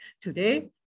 Today